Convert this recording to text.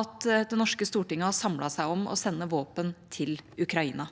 at det norske storting har samlet seg om å sende våpen til Ukraina?